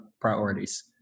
priorities